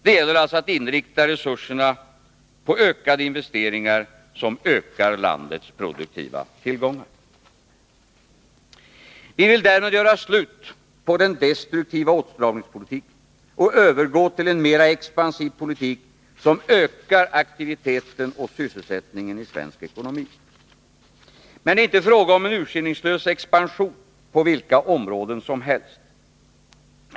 Det gäller alltså att inrikta resurserna på investeringar, som ökar landets produktiva tillgångar och produktionsförmåga. Vi vill därmed göra slut på den destruktiva åtstramningspolitiken och övergå till en mera expansiv politik, som ökar aktiviteten och sysselsättningen i svensk ekonomi. Men det är inte fråga om en urskillningslös expansion på vilka områden som helst.